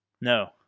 No